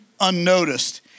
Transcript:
unnoticed